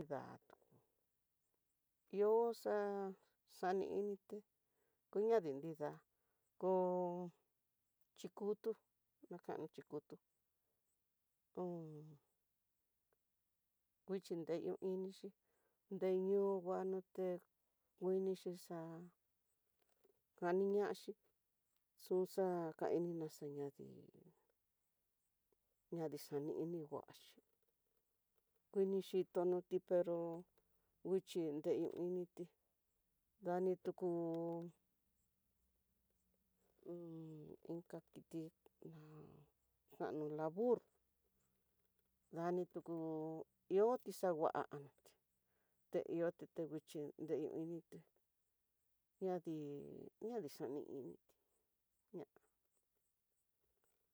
Da'á tuku ihó xa'a xani inité ñandi nida koo xhikutu, nakan ni kutu hó nguixhi nreyu inixi, nriño nguanote ngui nixhixa, kaniñaxhi xuxa xainina xañadii ñani xadiini nguaxhi kuinixhitoni tí pero nguixhi nreyuiniti, dani tuku inka kiti na kano la burro dani tuku ihoti xanguannoti, té ihote nguixhi nreyo inité ñadii, ñadii xani initi ña.